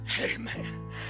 Amen